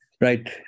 Right